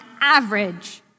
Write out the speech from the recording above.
average